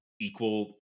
equal